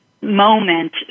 moment